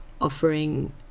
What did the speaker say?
offering